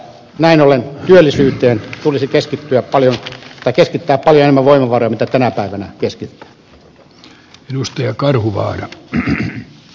näin ollen työllisyyteen tulisi keskittää alijäämä voi luvata mitä tämä paljon enemmän voimavaroja kuin tänä päivänä keskitetään